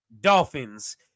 dolphins